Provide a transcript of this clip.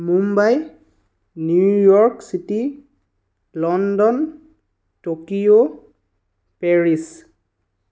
Mumbai New York city London Tokyo Paris